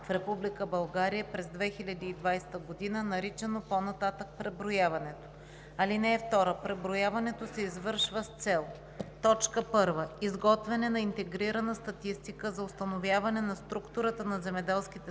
България през 2020 г., наричани по-нататък „преброяването“. (2) Преброяването се извършва с цел: 1. изготвяне на интегрирана статистика за установяване на структурата на земеделските